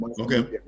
Okay